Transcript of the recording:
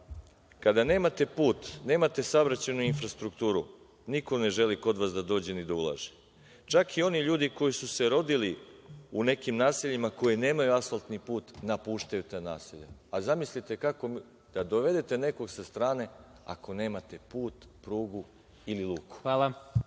kada nemate put, nemate saobraćajnu infrastrukturu, niko ne želi kod vas da dođe ni da ulaže, čak i oni ljudi koji su se rodili u nekim naseljima koji nemaju asfaltni put, napuštaju ta naselja, a zamislite da dovedete nekog sa strane a nemate put, prugu ili luku.